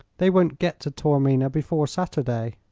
they won't get to taormina before saturday.